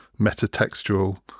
metatextual